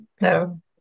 No